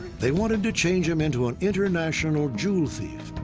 they wanted to change him into an international jewel thief.